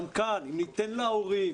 גם כאן ניתן להורים